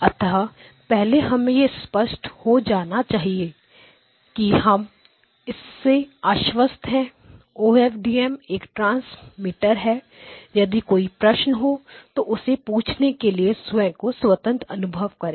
अतः पहले हमें यह स्पष्ट हो जाना चाहिए कि हम इससे आश्वस्त है ओएफडीएम एक ट्रांसमीटरहै यदि कोई प्रश्न हो तो उसे पूछने के लिए स्वयं को स्वतंत्र अनुभव करें